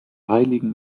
heiligen